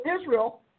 Israel